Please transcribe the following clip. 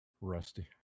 Rusty